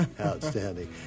Outstanding